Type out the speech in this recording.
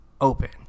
open